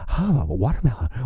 watermelon